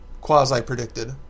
quasi-predicted